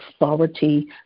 authority